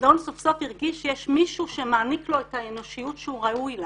גדעון סוף סוף הרגיש שיש מישהו שמעניק לו את האנושיות שהוא ראוי לה.